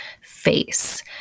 face